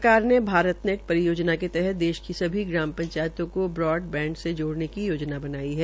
सरकार ने भारतनेट परियोजनों के तहत देश की सभी ग्राम पंचायतों को इंटरनेट से जोड़ने की योजना बनाई है